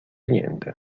niente